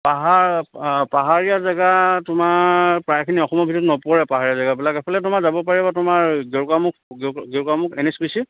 পাহাৰ পাহাৰীয়া জেগা তোমাৰ প্ৰায়খিনি অসমৰ ভিতৰত নপৰে পাহাৰীয়া জেগাবিলাক এফালে তোমাৰ যাব পাৰিবা তোমাৰ Gerukamukh N H P C